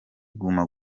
guma